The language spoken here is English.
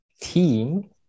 team